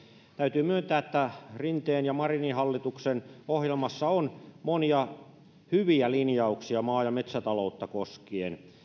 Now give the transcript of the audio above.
täytyy myöntää että rinteen ja marinin hallituksen ohjelmassa on monia hyviä linjauksia maa ja metsätaloutta koskien